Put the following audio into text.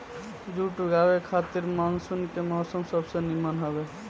जुट उगावे खातिर मानसून के मौसम सबसे निमन हवे